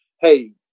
hey